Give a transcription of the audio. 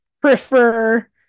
prefer